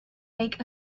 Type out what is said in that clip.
make